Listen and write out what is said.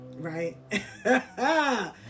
Right